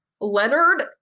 Leonard